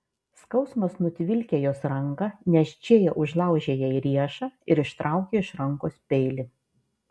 skausmas nutvilkė jos ranką nes džėja užlaužė jai riešą ir ištraukė iš rankos peilį